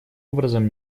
образом